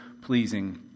pleasing